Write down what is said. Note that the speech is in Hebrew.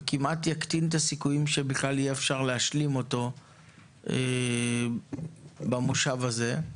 וכמעט יקטין את הסיכויים שבכלל אפשר יהיה להשלים אותו במושב הזה.